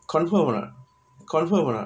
confirm ah confirm ah